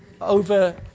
over